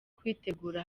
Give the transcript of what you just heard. kwitegura